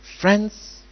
friends